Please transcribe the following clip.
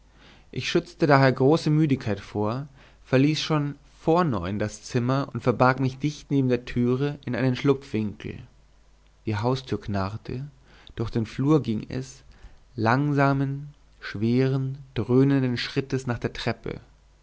ich schützte daher große müdigkeit vor verließ schon vor neun uhr das zimmer und verbarg mich dicht neben der türe in einen schlupfwinkel die haustür knarrte durch den flur ging es langsamen schweren dröhnenden schrittes nach der treppe